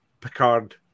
Picard